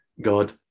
God